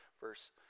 verse